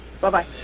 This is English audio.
Bye-bye